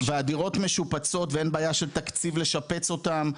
בתי גיל זהב והדירות משופצות ואין בעיה של תקציב לשפץ אותן,